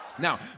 Now